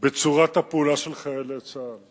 בצורת הפעולה של חיילי צה"ל